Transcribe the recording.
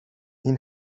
این